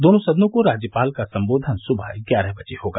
दोनों सदनों को राज्यपाल का सम्बोधन सुबह ग्यारह बजे होगा